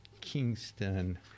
kingston